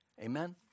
Amen